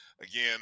again